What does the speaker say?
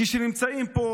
כשנמצאים פה